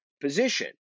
position